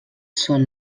són